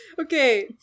Okay